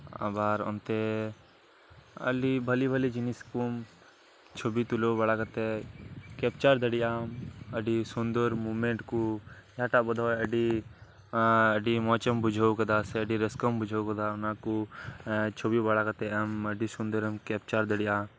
ᱟᱵᱟᱨ ᱚᱱᱛᱮ ᱵᱷᱟᱹᱞᱤ ᱵᱷᱟᱹᱞᱤ ᱡᱤᱱᱤᱥᱠᱚᱢ ᱪᱷᱳᱵᱤ ᱛᱩᱞᱟᱹᱣ ᱵᱟᱲᱟ ᱠᱟᱛᱮᱫ ᱠᱮᱯᱪᱟᱨ ᱫᱟᱲᱮᱭᱟᱜ ᱟᱢ ᱟᱹᱰᱤ ᱥᱩᱱᱫᱚᱨ ᱢᱩᱢᱮᱱᱴ ᱠᱚ ᱡᱟᱦᱟᱴᱟᱜ ᱵᱚᱫᱦᱚᱭ ᱟᱹᱰᱤ ᱢᱚᱪᱮᱢ ᱵᱩᱡᱷᱟᱹᱣ ᱟᱠᱟᱫᱟ ᱥᱮ ᱟᱹᱰᱤ ᱨᱟᱹᱥᱠᱟᱹᱢ ᱵᱩᱡᱷᱟᱹᱣ ᱟᱠᱟᱫᱟ ᱚᱱᱟᱠᱚ ᱪᱷᱳᱵᱤ ᱵᱟᱲᱟ ᱠᱟᱛᱮᱫ ᱮᱢ ᱟᱹᱰᱤ ᱥᱩᱱᱫᱚᱨᱮᱢ ᱠᱮᱯᱪᱟᱨ ᱫᱟᱲᱮᱜᱼᱟ